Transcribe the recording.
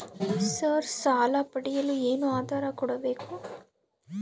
Sir ಸಾಲ ಪಡೆಯಲು ಏನು ಆಧಾರ ಕೋಡಬೇಕು?